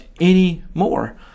anymore